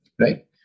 right